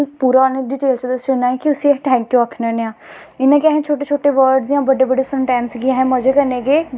समझो कोई जम्मू दा ऐ साढ़ा डोगरा बंदा ऐ आओ जी आओ जी बड़ा स्वागत करनां किन्ना खुश होंदा कि बिदेश च होंदा ओह्